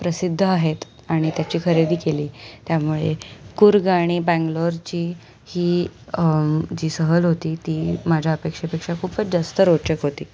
प्रसिद्ध आहेत आणि त्याची खरेदी केली त्यामुळे कूर्ग आणि बंगलोरची ही जी सहल होती ती माझ्या अपेक्षेपेक्षा खूपच जास्त रोचक होती